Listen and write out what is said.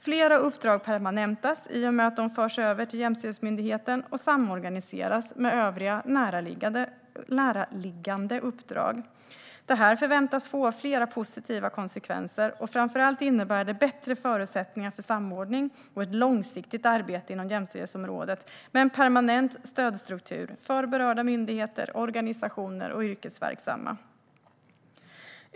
Flera uppdrag permanentas i och med att de förs över till jämställdhetsmyndigheten och samorganiseras med övriga närliggande uppdrag. Detta förväntas få flera positiva konsekvenser. Det innebär framför allt bättre förutsättningar för samordning och ett långsiktigt arbete inom jämställdhetsområdet med en permanent stödstruktur för berörda myndigheter, organisationer och yrkesverksamma.